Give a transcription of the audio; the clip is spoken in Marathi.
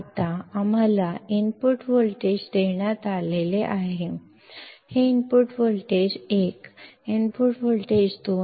आता आम्हाला इनपुट व्होल्टेज देण्यात आले आहेत हे इनपुट व्होल्टेज 1 इनपुट व्होल्टेज 2